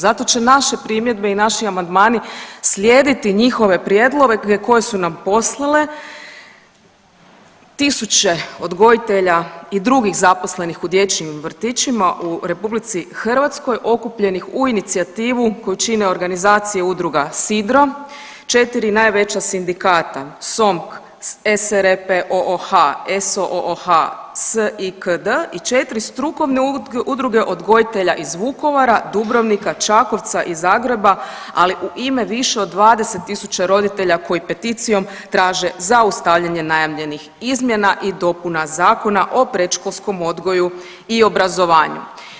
Zato će naša primjedbe i naši amandmani slijediti njihove prijedloge koje su nam poslale tisuće odgojitelja i drugih zaposlenih u dječjim vrtićima u RH okupljenih u inicijativu koju čine organizacije udruga SIDRO, 4 najveća sindikata SOMK, SRPOOH, SOOH, SIKD i 4 strukovne udruge odgojitelja iz Vukovara, Dubrovnika, Čakovca i Zagreba, ali u ime više od 20.000 roditelja koji peticijom zaustavljanje najavljenih izmjena i dopuna Zakona o predškolskom odgoju i obrazovanju.